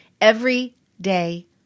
everyday